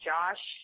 Josh